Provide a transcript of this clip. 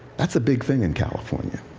that's a big thing in california.